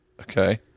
Okay